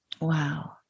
Wow